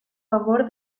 favor